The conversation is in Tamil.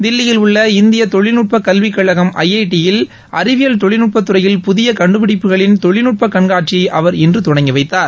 தில்லியில் உள்ள இந்திய தொழில்நுட்பக் கல்விக்கழகம் ஐஐடியில் அறிவியல் தொழில்நுட்பத்துறையில் புதிய கண்டுபிடிப்புகளின் தொழில்நுட்ப கண்காட்சியை அவர் இன்று தொடங்கி வைத்தார்